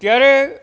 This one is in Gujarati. ત્યારે